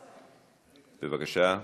בבקשה.